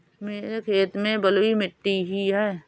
मेरे खेत में बलुई मिट्टी ही है